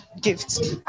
gifts